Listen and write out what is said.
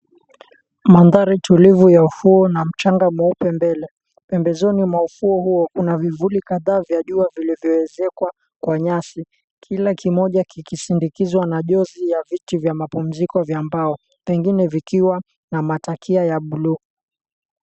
Mandari tulivu ya ufuo na mchanga mweupe mbele pembezoni kuna vivuli kadhaa vya jua vilivyoezekwa kwa nyasi kila kimoja kikisndikizwa na jozi ya kiti cha mapumziko vya mbao penginie vikiwa na matakia ya bluu.